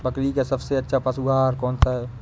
बकरी का सबसे अच्छा पशु आहार कौन सा है?